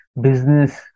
business